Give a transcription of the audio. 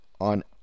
on